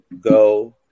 go